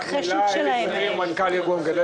התשע"ט-2018 (דחיית מתווה הדגים) נתקבלה.